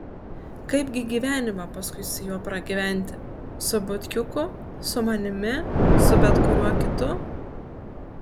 kaipgi gyvenimą paskui su juo pragyventi su butkiuku su manimi su bet kuriuo kitu